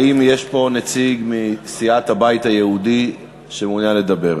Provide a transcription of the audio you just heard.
האם יש פה נציג של סיעת הבית היהודי שמעוניין לדבר?